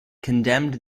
condemned